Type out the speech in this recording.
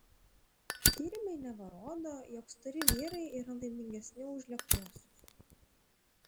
tyrimai neva rodo jog stori vyrai yra laimingesni už lieknuosius